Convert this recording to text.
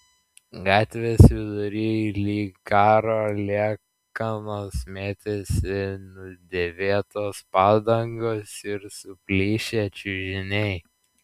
gatvės vidury lyg karo liekanos mėtėsi nudėvėtos padangos ir suplyšę čiužiniai